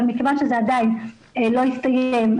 אבל מכיוון שעדיין הבדיקה הזאת לא הסתיימה,